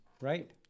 Right